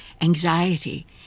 anxiety